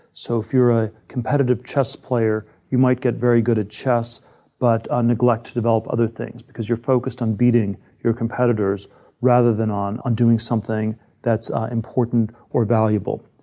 so if you're a competitive chess player, you might get very good at chess but neglect to develop other things because you're focused on beating your competitors rather than on on doing something that's important or valuable.